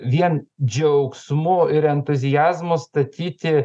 vien džiaugsmu ir entuziazmu statyti